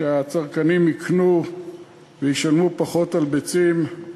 שהצרכנים יקנו וישלמו פחות על ביצים,